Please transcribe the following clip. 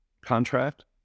contract